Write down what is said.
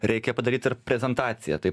reikia padaryt ir prezentaciją tai